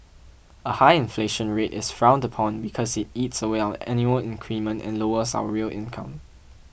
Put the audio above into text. a high inflation rate is frowned upon because it eats away our annual increment and lowers our real income